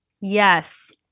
Yes